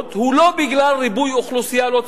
הוא לא בגלל ריבוי אוכלוסייה לא צפוי.